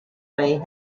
way